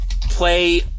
play